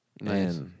Nice